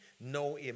no